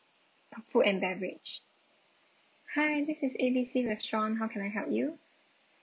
food and beverage hi this is A B C restaurant how can I help you